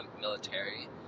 military